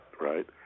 right